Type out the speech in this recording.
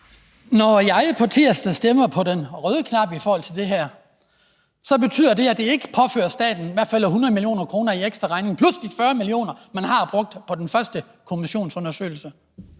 Når jeg på tirsdag trykker på den røde knap og stemmer i forhold til det her, betyder det, at det i hvert fald ikke påfører staten 100 mio. kr. i en ekstraregning – plus de 40 mio. kr., man har brugt på den første kommissionsundersøgelse.